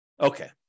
Okay